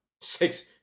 six